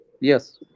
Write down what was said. yes